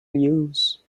use